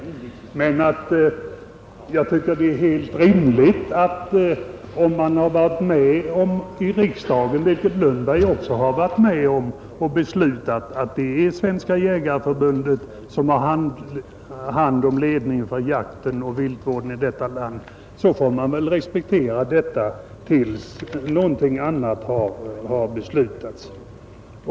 Om man som herr Lundberg har varit med om att i riksdagen besluta att Svenska Jägareförbundet skall ha hand om ledningen av jakten och viltvården i detta land, så tycker jag att man också måste respektera det beslutet, till dess att något annat beslut har fattats.